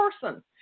person